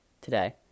today